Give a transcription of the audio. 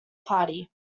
party